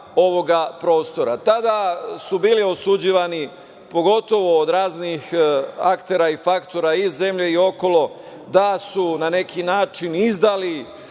ovoga prostora. Tada su bili osuđivani, pogotovo od raznih aktera i faktora iz zemlje i okolo da su na neki način izdali